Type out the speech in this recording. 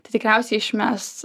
tai tikriausiai išmes